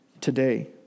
today